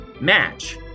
match